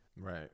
right